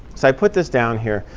so i put this down here.